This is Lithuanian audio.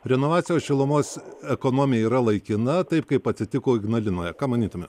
renovacijos šilumos ekonomija yra laikina taip kaip atsitiko ignalinoje ką manytumėt